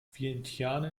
vientiane